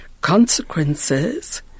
consequences